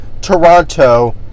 Toronto